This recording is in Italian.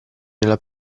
nella